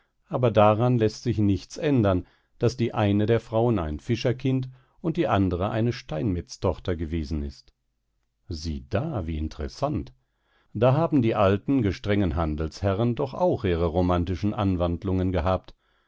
aber daran läßt sich nichts ändern daß die eine der frauen ein fischerkind und die andere eine steinmetztochter gewesen ist sieh da wie interessant da haben ja die alten gestrengen handelsherren doch auch ihre romantischen anwandlungen gehabt